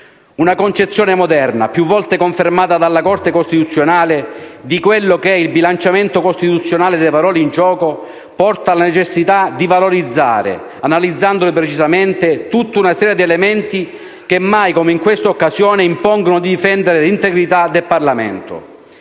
Una concezione moderna, più volte confermata dalla Corte costituzionale, di quello che è il bilanciamento costituzionale dei valori in gioco, porta alla necessità di valorizzare, analizzandoli precisamente, tutta una serie di elementi che mai come in questa occasione impongono di difendere l'integrità del Parlamento.